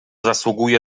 zasługuje